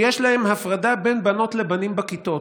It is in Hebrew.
יש להם הפרדה בין בנות לבנים בכיתות.